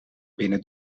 binnen